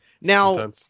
Now